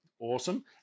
awesome